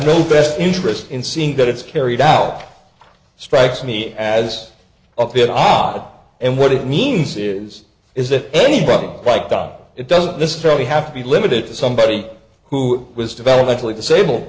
built best interest in seeing that it's carried out strikes me as a bit odd and what it means is is that anybody like god it doesn't necessarily have to be limited to somebody who was developmentally disable